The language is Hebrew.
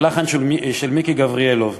הלחן של מיקי גבריאלוב,